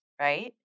right